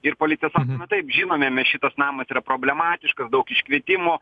ir policija sako nu taip žinome mes šitas namas yra problematiškas daug iškvietimų